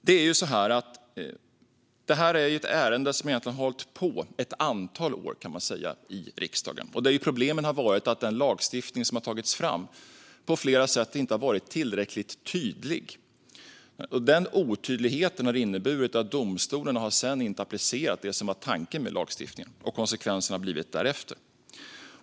Detta är ett ärende som egentligen har hållit på i ett antal år i riksdagen. Problemen har varit att den lagstiftning som har tagits fram på flera sätt inte har varit tillräckligt tydlig. Den otydligheten har inneburit att domstolarna sedan inte har applicerat det som var tanken med lagstiftningen. Konsekvensen har blivit därefter.